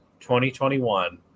2021